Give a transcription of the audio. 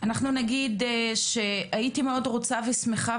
אנחנו נגיד שהייתי מאוד רוצה ושמחה,